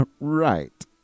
Right